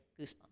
goosebumps